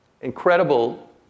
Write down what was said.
incredible